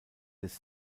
des